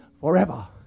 forever